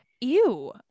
ew